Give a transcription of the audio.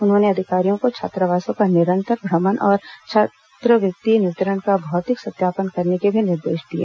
उन्होंने अधिकारियों को छात्रावासों का निरंतर भ्रमण और छात्रवृत्ति वितरण का भौतिक सत्यापन करने के भी निर्देश दिए